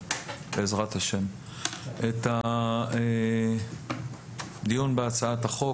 בעזרת השם אנחנו נסיים היום את הדיון בהצעת החוק.